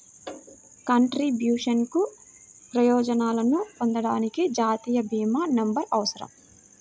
కంట్రిబ్యూషన్లకు ప్రయోజనాలను పొందడానికి, జాతీయ భీమా నంబర్అవసరం